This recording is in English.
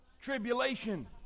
Tribulation